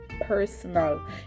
personal